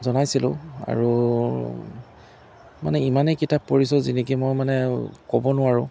জনাইছিলোঁ আৰু মানে ইমানেই কিতাপ পঢ়িছোঁ যি নেকি মই মানে ক'ব নোৱাৰোঁ